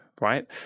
right